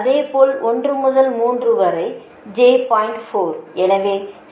அதேபோல் 1 முதல் 3 வரை j 0